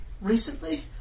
Recently